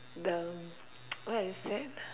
the what is that